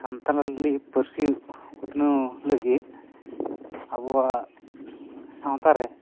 ᱥᱟᱱᱛᱟᱲᱤ ᱯᱟᱹᱨᱥᱤ ᱩᱛᱱᱟᱹᱣ ᱞᱟᱹᱜᱤᱫ ᱟᱵᱚᱣᱟᱜ ᱥᱟᱶᱛᱟᱨᱮ